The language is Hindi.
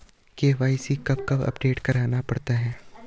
के.वाई.सी कब कब अपडेट करवाना पड़ता है?